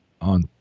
on